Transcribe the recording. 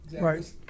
Right